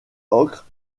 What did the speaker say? ocre